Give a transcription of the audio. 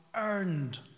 earned